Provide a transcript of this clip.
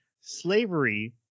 slavery